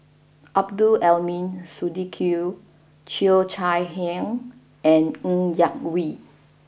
Abdul Aleem Siddique Cheo Chai Hiang and Ng Yak Whee